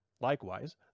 Likewise